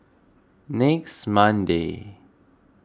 next Monday